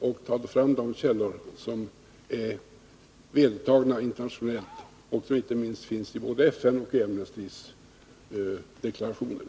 genom att ta fram de källor som är vedertagna internationellt och som finns i både FN:s och Amnestys deklarationer.